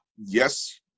yes